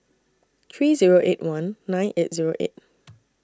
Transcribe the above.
three Zero eight one nine eight Zero eight